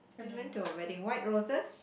we went to a wedding white roses